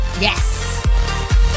Yes